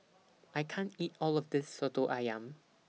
I can't eat All of This Soto Ayam